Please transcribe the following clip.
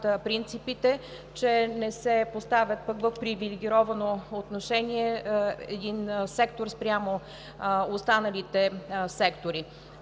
принципите, че не се поставя в привилегировано положение един сектор спрямо останалите сектори.